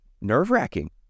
nerve-wracking